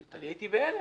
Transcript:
הייתי בהלם.